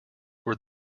were